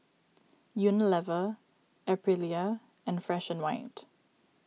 Unilever Aprilia and Fresh and White